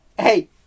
hey